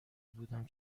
بودم